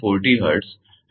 40 hertz